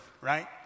right